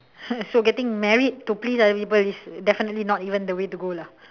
so getting married to please other people is definitely not even the way to go lah